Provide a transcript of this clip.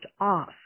off